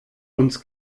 uns